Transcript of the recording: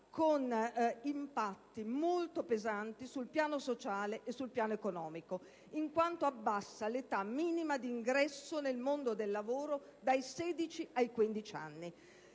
con impatti molto pesanti sul piano sociale e su quello economico, in quanto abbassa l'età minima di ingresso nel mondo del lavoro dai 16 ai 15 anni.